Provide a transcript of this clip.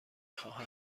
خواهم